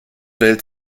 welt